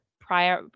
prior